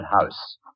house